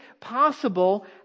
possible